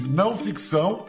não-ficção